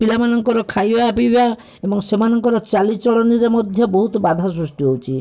ପିଲାମାନଙ୍କର ଖାଇବା ପିଇବା ଏବଂ ସେମାନଙ୍କର ଚାଲି ଚଳନିରେ ମଧ୍ୟ ବହୁତ ବାଧାସୃଷ୍ଟି ହେଉଛି